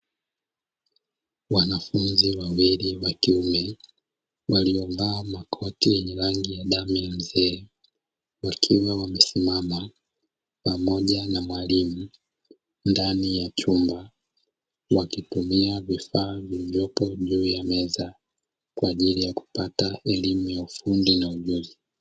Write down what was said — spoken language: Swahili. Wanafunzi wawili wa kiume, waliovaa makoti yenye rangi ya damu ya mzee, wakiwa wamesimama pamoja na mwalimu ndani ya chumba, wakitumia vifaa vilivyopo juu ya meza kwajili ya kupata elimu ya ufundi na ujuzi.